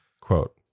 Quote